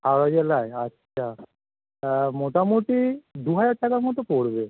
হাওড়া জেলায় আচ্ছা মোটামুটি দু হাজার টাকা মতো পড়বে